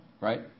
Right